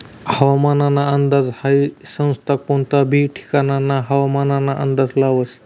हवामानना अंदाज हाई संस्था कोनता बी ठिकानना हवामानना अंदाज लावस